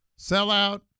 sellout